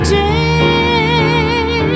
day